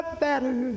better